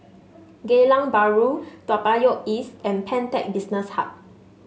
Geylang Bahru Toa Payoh East and Pantech Business Hub